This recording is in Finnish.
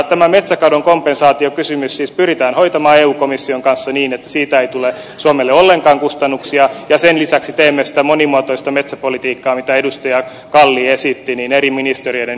tämä metsäkadon kompensaatiokysymys pyritään hoitamaan eu komission kanssa niin että siitä ei tule suomelle ollenkaan kustannuksia ja sen lisäksi teemme sitä monimuotoista metsäpolitiikkaa mitä edustaja kalli esitti eri ministeriöiden yhteistyöllä